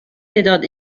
تعداد